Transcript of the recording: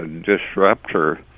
disruptor